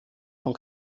von